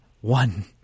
one